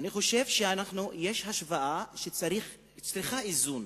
אני חושב שיש השוואה שצריכה איזון